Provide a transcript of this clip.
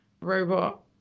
robot